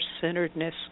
centeredness